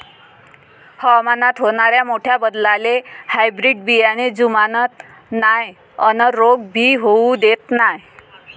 हवामानात होनाऱ्या मोठ्या बदलाले हायब्रीड बियाने जुमानत नाय अन रोग भी होऊ देत नाय